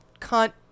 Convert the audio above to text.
cunt